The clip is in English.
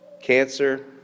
cancer